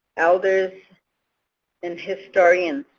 elders and historians.